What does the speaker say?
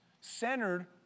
centered